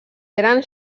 eren